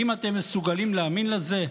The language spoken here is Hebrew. האם אתם מסוגלים להאמין לזה?